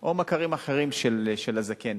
או מכרים אחרים של הזקן.